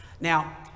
Now